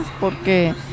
porque